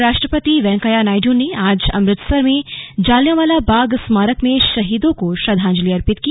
उप राष्ट्रपति वेंकैया नायडू ने आज अमृतसर में जलियांवाला बाग स्मारक में शहीदों को श्रद्धांजलि अर्पित की